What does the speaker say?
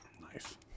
Nice